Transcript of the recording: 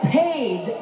paid